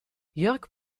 jörg